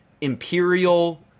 Imperial